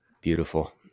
Beautiful